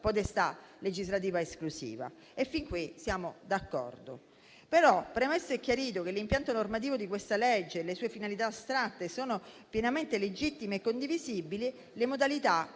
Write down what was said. potestà legislativa esclusiva, e fin qui siamo d'accordo. Tuttavia, premesso e chiarito che l'impianto normativo di questa legge e le sue finalità astratte sono pienamente legittimi e condivisibili, le modalità